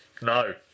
No